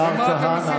סגר.